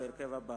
בהרכב הבא,